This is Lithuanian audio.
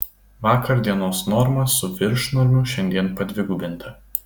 vakar dienos norma su viršnormiu šiandien padvigubinta